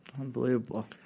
Unbelievable